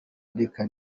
ndeka